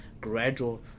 gradual